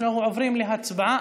אנחנו עוברים להצבעה.